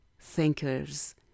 thinkers